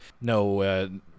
No